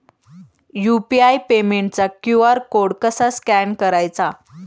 UPI पेमेंटचा QR code कसा scan करायचा?